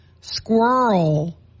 squirrel